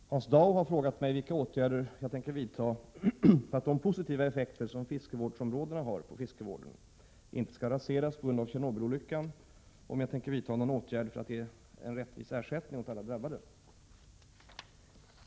Herr talman! Hans Dau har frågat mig vilka åtgärder jag tänker vidta för att de positiva effekter som fiskevårdsområdena har på fiskevården inte skall raseras på grund av Tjernobylolyckan och om jag tänker vidta någon åtgärd för att ge en rättvis ersättning åt alla drabbade.